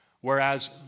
Whereas